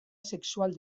sexual